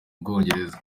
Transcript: bwongereza